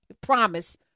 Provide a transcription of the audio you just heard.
Promise